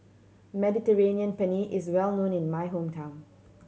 Mediterranean Penne is well known in my hometown